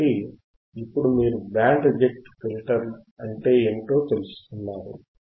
కాబట్టి ఇప్పుడు మీరు బ్యాండ్ రిజెక్ట్ ఫిల్టర్ అంటే ఏమిటో తెలుసుకున్నారు